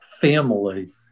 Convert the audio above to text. family